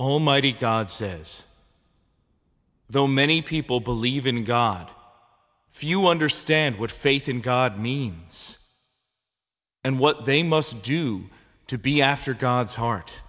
almighty god says though many people believe in god if you understand what faith in god means and what they must do to be after god's heart